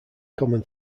common